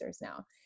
now